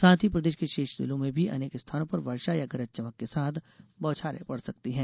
साथ ही प्रदेश के शेष जिलों में भी अनेक स्थानों पर वर्षा या गरज चमक के साथ बौछारे पड़ सकती है